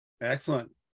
Excellent